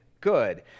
good